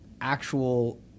actual